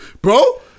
Bro